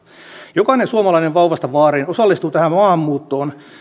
jokainen suomalainen vauvasta vaariin osallistuu tähän maahanmuuttoon